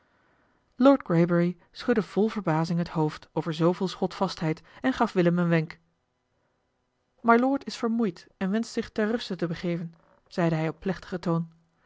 lord greybury schudde vol verbazing het hoofd over zooveel schotvastheid en gaf willem een wenk mylord is vermoeid en wenscht zich ter ruste te begeven zeide hij op plechtigen toon